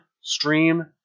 stream